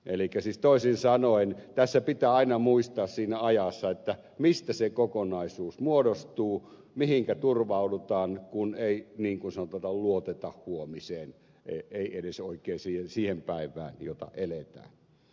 elikkä siis toisin sanoen pitää aina muistaa siinä ajassa mistä se kokonaisuus muodostuu mihinkä turvaudutaan kun ei niin kuin sanotaan luoteta huomiseen ei oikein edes siihen päivään jota eletään